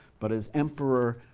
but as emperor,